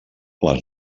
les